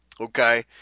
okay